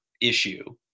issue